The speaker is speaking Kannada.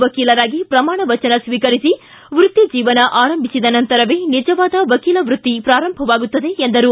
ವಕೀಲರಾಗಿ ಪ್ರಮಾಣವಚನ ಸ್ವೀಕರಿಸಿ ವ್ಯಕ್ತಿ ಜೀವನ ಆರಂಭಿಸಿದ ನಂತರವೇ ನಿಜವಾದ ವಕೀಲ ವೃತ್ತಿ ಪ್ರಾರಂಭವಾಗುತ್ತದೆ ಎಂದರು